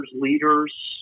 leaders